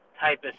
type